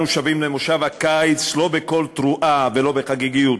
אנו שבים למושב הקיץ לא בקול תרועה ולא בחגיגיות,